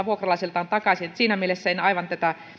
vuokralaiseltaan takaisin siinä mielessä en aivan tätä